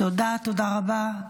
תודה רבה,